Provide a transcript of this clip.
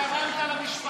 אתה תרמת למשפחה.